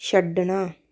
ਛੱਡਣਾ